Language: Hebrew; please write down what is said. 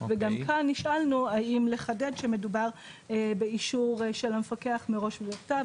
גם כאן נשאלנו האם לחדד שמדובר באישור של המפקח מראש ובכתב,